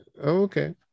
okay